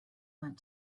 went